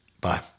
bye